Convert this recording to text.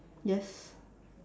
yes